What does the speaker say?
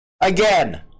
again